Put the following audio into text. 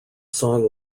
song